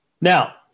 Now